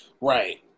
right